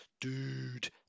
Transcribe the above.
dude